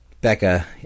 Becca